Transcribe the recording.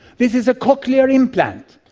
this is a cochlear implant,